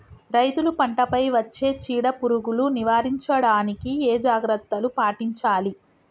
రైతులు పంట పై వచ్చే చీడ పురుగులు నివారించడానికి ఏ జాగ్రత్తలు పాటించాలి?